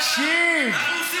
תקשיב, אני ענייני לחלוטין.